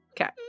Okay